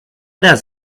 does